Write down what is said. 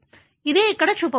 ఇదే ఇక్కడ చూపబడింది